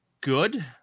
good